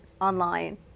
online